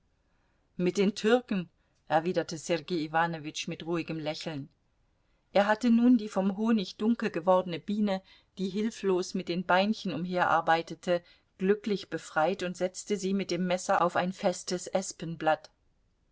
mit den türken erwiderte sergei iwanowitsch mit ruhigem lächeln er hatte nun die vom honig dunkel gewordene biene die hilflos mit den beinchen umherarbeitete glücklich befreit und setzte sie mit dem messer auf ein festes